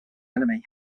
enemy